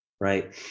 Right